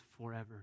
forever